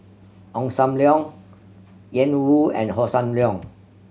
Ong Sam Leong Ian Woo and Hossan Leong